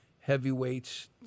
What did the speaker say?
heavyweights